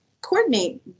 coordinate